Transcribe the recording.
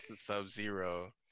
Sub-Zero